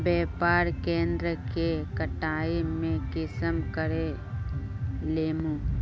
व्यापार केन्द्र के कटाई में कुंसम करे लेमु?